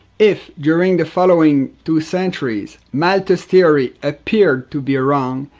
if, during the following two centuries, malthus theory appeared to be wrong,